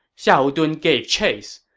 xiahou dun gave chase.